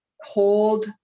hold